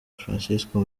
francisco